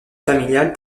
familiale